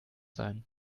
sein